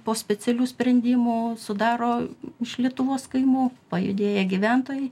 po specialių sprendimų sudaro iš lietuvos kaimų pajudėję gyventojai